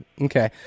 Okay